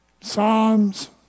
Psalms